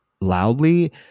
loudly